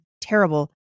terrible